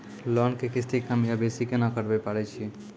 Loan के किस्ती कम या बेसी केना करबै पारे छियै?